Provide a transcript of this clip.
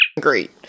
great